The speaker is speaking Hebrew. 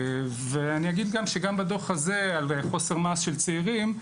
ואני אגיד שגם בדו״ח הזה על חוסר מעש של צעירים,